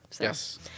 Yes